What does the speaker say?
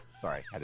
Sorry